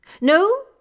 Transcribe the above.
No